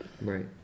Right